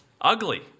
ugly